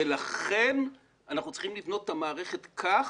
לכן אנחנו צריכים לבנות את המערכת כך